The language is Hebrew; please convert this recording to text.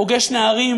פוגש נערים,